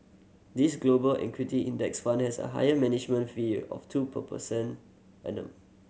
this Global Equity Index Fund has a high management fee of two per percent annum